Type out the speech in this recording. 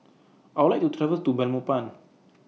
I Would like to travel to Belmopan